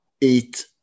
eat